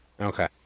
Okay